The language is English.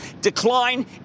decline